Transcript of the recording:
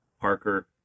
Parker